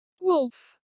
wolf